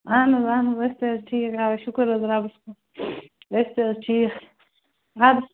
اہن حظ اہن حظ أسۍ تہِ حظ ٹھیٖک اَوَے شُکُر حظ رۄبَس کُن أسۍ تہِ حظ ٹھیٖک آد